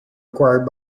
acquired